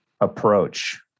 approach